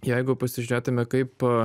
jeigu pasižiūrėtume kaip